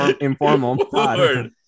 informal